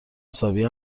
حسابی